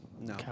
No